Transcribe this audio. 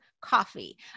coffee